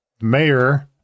mayor